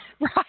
Right